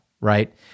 right